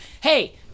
hey